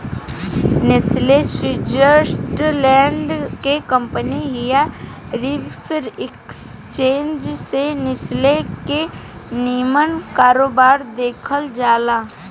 Nestle Switzerland के company हिय Swiss exchange में नेस्ले के निमन कारोबार देखल जाला